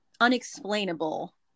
unexplainable